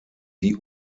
die